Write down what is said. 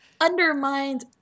undermines